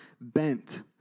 bent